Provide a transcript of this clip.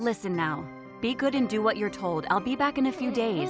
listen now be good and do what you're told i'll be back in a few days